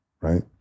right